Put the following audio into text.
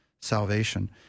salvation